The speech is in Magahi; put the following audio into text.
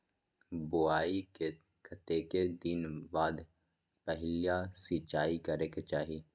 बोआई के कतेक दिन बाद पहिला सिंचाई करे के चाही?